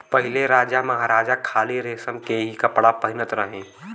पहिले राजामहाराजा खाली रेशम के ही कपड़ा पहिनत रहे